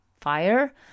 fire